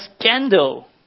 scandal